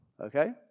okay